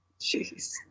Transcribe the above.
Jeez